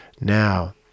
Now